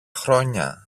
χρόνια